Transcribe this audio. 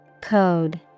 Code